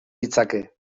ditzake